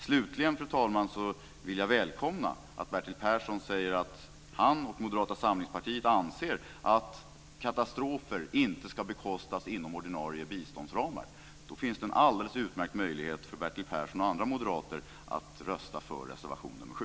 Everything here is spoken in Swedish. Slutligen, fru talman, vill jag välkomna att Bertil Persson säger att han och Moderata samlingspartiet anser att katastrofer inte ska bekostas inom ordinarie biståndsramar. Då finns det en alldeles utmärkt möjlighet för Bertil Persson och andra moderater att rösta på reservation 7.